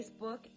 Facebook